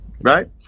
Right